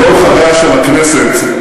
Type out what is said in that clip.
שר הביטחון יודע מזה?